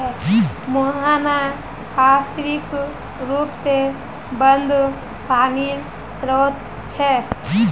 मुहाना पार्श्विक र्रोप से बंद पानीर श्रोत छे